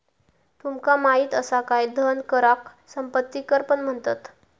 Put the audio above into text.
तुमका माहित असा काय धन कराक संपत्ती कर पण म्हणतत?